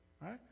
right